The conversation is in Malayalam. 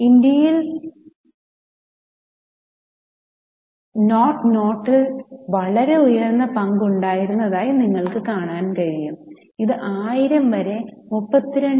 ഇന്ത്യയിൽ 00 ൽ വളരെ ഉയർന്ന പങ്ക് ഉണ്ടായിരുന്നതായി നിങ്ങൾക്ക് കാണാൻ കഴിയും ഇത് 1000 വരെ 32